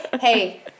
Hey